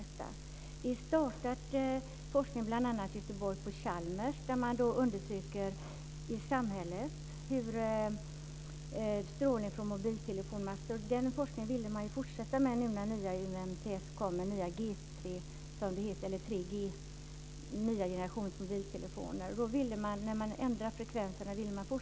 Man har bl.a. på Chalmers i Göteborg startat forskning om strålning från mobiltelefoner ute i samhället. Man vill fortsätta med den forskningen nu när G 3, med ändrade frekvenser kommer.